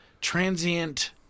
Transient